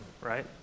Right